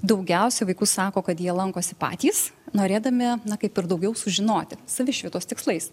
daugiausia vaikų sako kad jie lankosi patys norėdami na kaip ir daugiau sužinoti savišvietos tikslais